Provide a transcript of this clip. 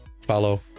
follow